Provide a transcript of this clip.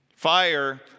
fire